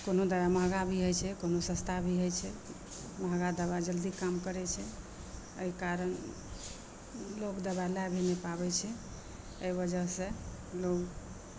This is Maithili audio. कोनो दबाइ महगा भी होइ छै कोनो सस्ता भी होइ छै महगा दबाइ जल्दी काम करै छै एहि कारण लोग दबाइ लए भी नहि पाबै छै एहि बजहसॅं लोग